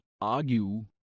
argue